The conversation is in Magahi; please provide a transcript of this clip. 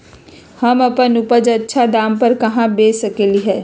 हम अपन उपज अच्छा दाम पर कहाँ बेच सकीले ह?